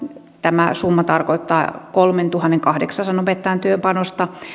tämä summa tarkoittaa kolmentuhannenkahdeksansadan opettajan työpanosta